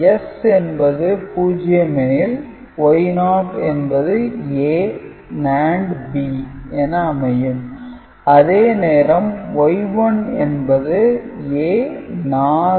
S என்பது 0 எனில் Y0 என்பது A NAND B என அமையும் அதே நேரம் Y1 என்பது A NOR B ஆகும்